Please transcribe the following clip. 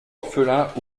orphelins